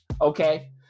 okay